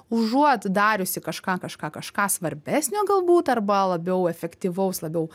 užuot dariusi kažką kažką kažką svarbesnio galbūt arba labiau efektyvaus labiau